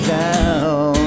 down